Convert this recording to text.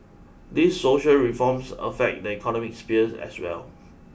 these social reforms affect the economic sphere as well